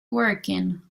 working